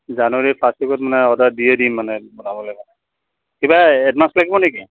জানুৱাৰীৰ ফাৰ্ষ্ট ৱিকত মানে অৰ্ডাৰ দিয়ে দিম মানে বনাবলৈ কিবা এডভাঞ্চ লাগিব নেকি